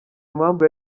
impamvu